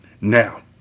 Now